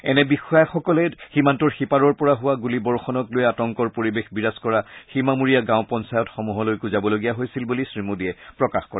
এনে বিষয়াসকলে সীমান্তৰ সিপাৰৰ পৰা হোৱা গুলীবৰ্ষনক লৈ আতংকৰ পৰিৱেশ বিৰাজ কৰা সীমামূৰীয়া গাঁও পঞ্চায়তসমূহলৈকো যাবলগীয়া হৈছিল বুলি শ্ৰীমোদীয়ে প্ৰকাশ কৰে